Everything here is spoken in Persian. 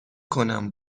کنم